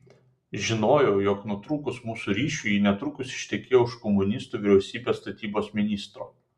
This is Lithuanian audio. žinojau jog nutrūkus mūsų ryšiui ji netrukus ištekėjo už komunistų vyriausybės statybos ministro